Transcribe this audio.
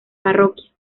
parroquia